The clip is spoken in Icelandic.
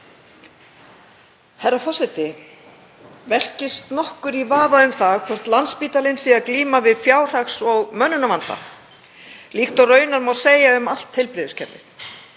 Herra forseti. Velkist nokkur í vafa um að Landspítalinn sé að glíma við fjárhags- og mönnunarvanda, líkt og raunar má segja um allt heilbrigðiskerfið?